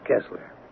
Kessler